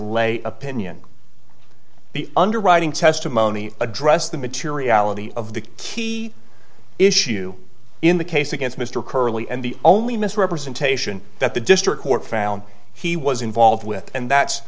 lay opinion the underwriting testimony address the materiality of the key issue in the case against mr curly and the only misrepresentation that the district court found he was involved with and that's